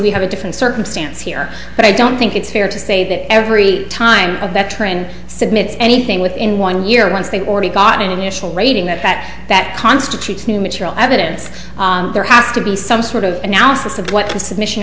we have a different circumstance here but i don't think it's fair to say that every time a veteran submit anything within one year once they've already got an initial rating that that constitutes new material evidence there has to be some sort of analysis of what the submission